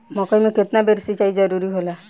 मकई मे केतना बेर सीचाई जरूरी होला?